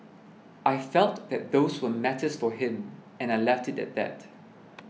I felt that those were matters for him and I left it at that